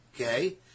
okay